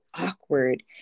awkward